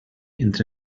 entre